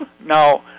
now